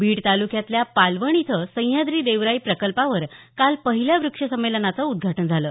बीड तालुक्यातल्या पालवण इथं सह्याद्री देवराई प्रकल्पावर काल पहिल्या वृक्ष संमेलनाचं उद्घाटन झालं